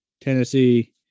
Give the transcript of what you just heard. Tennessee